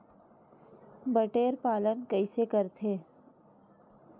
बटेर पालन कइसे करथे?